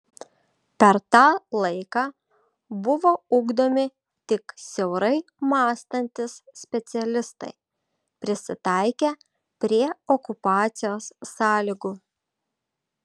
per tą laiką buvo ugdomi tik siaurai mąstantys specialistai prisitaikę prie okupacijos sąlygų